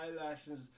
eyelashes